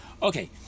Okay